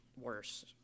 worse